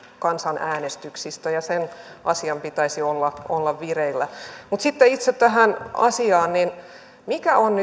kansanäänestyksistä ja sen asian pitäisi olla olla vireillä mutta sitten itse tähän asiaan mikä on